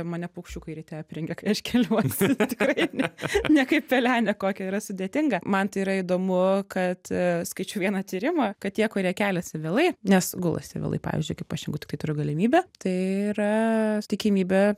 mane paukščiukai ryte aprengia kai aš keliuosi tikrai ne ne kaip pelenę kokią yra sudėtinga man tai yra įdomu kad skaičiau vieną tyrimą kad tie kurie keliasi vėlai nes gulasi vėlai pavyzdžiui kaip aš jeigu tiktai turiu galimybę tai yra tikimybė